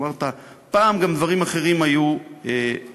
אמרת: פעם גם דברים אחרים היו אסורים,